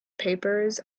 papers